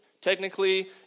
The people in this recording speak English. Technically